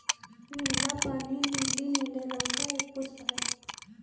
नीला पानी लीली नीले रंग का एक पुष्प है